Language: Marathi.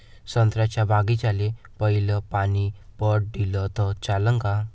संत्र्याच्या बागीचाले पयलं पानी पट दिलं त चालन का?